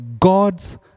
God's